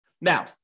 now